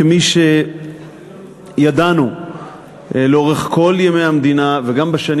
כמי שידענו לאורך כל ימי המדינה וגם בשנים